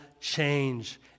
change